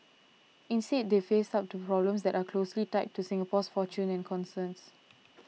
instead they face up to problems that are closely tied to Singapore's fortunes and concerns